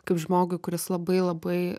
kaip žmogui kuris labai labai